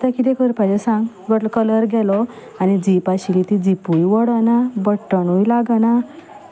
आतां किदें करपाचें सांग कलर गेलो आनी झीप आशिल्ली ती झिपूय ओडना बटणूय लागना